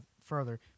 further